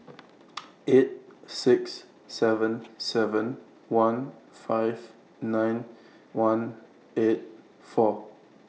eight six seven seven one five nine one eight four